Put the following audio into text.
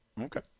Okay